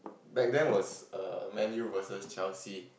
back then was err Man-U versus Chelsea